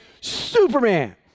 Superman